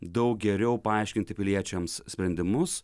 daug geriau paaiškinti piliečiams sprendimus